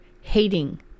hating